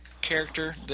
character